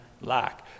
lack